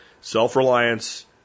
self-reliance